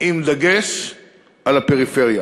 עם דגש בפריפריה.